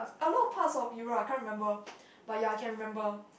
a lot of parts of Europe I can't remember but ya I can remember